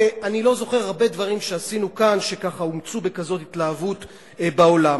אני לא זוכר הרבה דברים שעשינו כאן שכך אומצו בכזאת התלהבות בעולם.